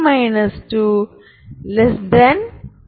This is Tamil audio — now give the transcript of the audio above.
நான் அதை எப்படி காண்பிப்பது